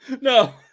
No